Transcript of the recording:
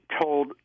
told